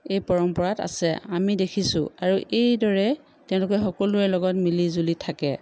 এই পৰম্পৰাত আছে আমি দেখিছোঁ আৰু এইদৰে তেওঁলোকে সকলোৰে লগত মিলি জুলি থাকে